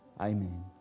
amen